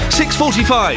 645